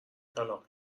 طلاق